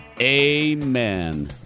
amen